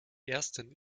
ersten